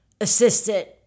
assistant